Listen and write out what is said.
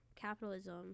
capitalism